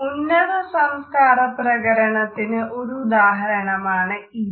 ഉന്നത സംസ്കാര പ്രകരണത്തിന് ഒരു ഉദാഹരണമാണ് ഇത്